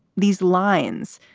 these lines,